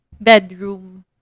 Bedroom